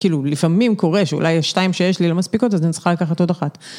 כאילו לפעמים קורה שאולי שתיים שיש לי לא מספיקות, אז אני צריכה לקחת עוד אחת.